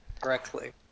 correctly